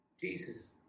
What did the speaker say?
Jesus